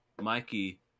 Mikey